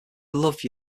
love